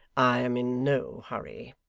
i am in no hurry